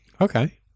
Okay